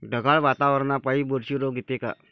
ढगाळ वातावरनापाई बुरशी रोग येते का?